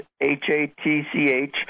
H-A-T-C-H